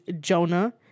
Jonah